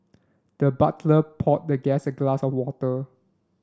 the butler poured the guest a glass of water